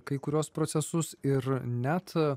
kai kuriuos procesus ir net